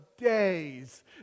days